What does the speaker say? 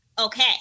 Okay